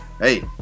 hey